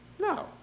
No